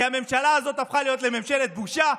כי הממשלה הזאת הפכה להיות ממשלת בושה,